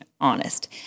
honest